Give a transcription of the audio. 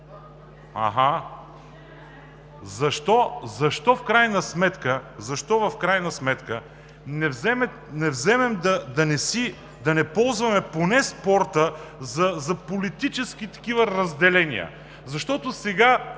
аха! Защо в крайна сметка не вземем да не ползваме поне спорта за такива политически разделения? Защото сега